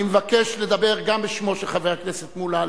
אני מבקש לדבר גם בשמו של חבר הכנסת מולה,